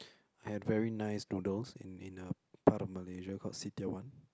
I had very nice noodles in in a part of Malaysia called Sitiawan